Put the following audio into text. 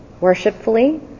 worshipfully